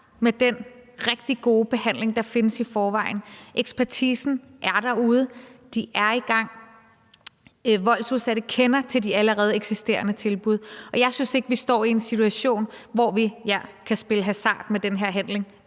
med den rigtig gode behandling, der findes i forvejen. Ekspertisen er derude, de er i gang, voldsudsatte kender til de allerede eksisterende tilbud. Jeg synes ikke, vi står i en situation, hvor vi kan spille hasard med den her behandling,